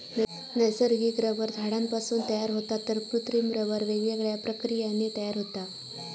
नैसर्गिक रबर झाडांपासून तयार होता तर कृत्रिम रबर वेगवेगळ्या प्रक्रियांनी तयार होता